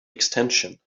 extension